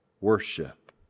worship